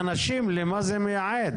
זה בדיוק מה שאני רוצה שיהיה והיה בהצעת